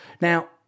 now